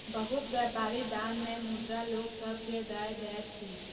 बहुत व्यापारी दान मे मुद्रा लोक सभ के दय दैत अछि